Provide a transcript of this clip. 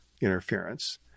interference